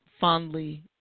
fondly